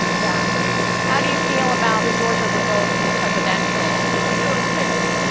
yeah how do you feel about the georgia results in the presidential? they were fixed.